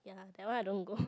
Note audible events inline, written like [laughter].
ya that one I don't go [breath]